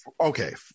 okay